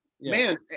Man